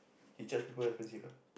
he charge people expensive ah